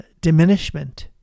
diminishment